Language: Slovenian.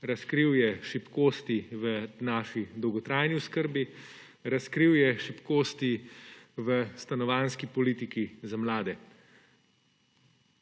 razkril je šibkosti v naši dolgotrajni oskrbi, razkril je šibkosti v stanovanjski politiki za mlade.